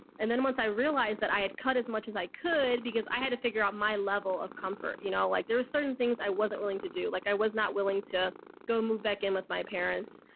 and then once i realized that i had cut as much as i could because i had to figure out my level of comfort, you know, like there was certain things i wasn't willing to do. like i was not willing to go move back in with my parents.